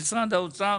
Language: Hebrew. במשרד האוצר